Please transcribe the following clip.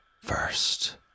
first